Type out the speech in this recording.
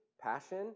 passion